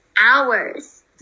hours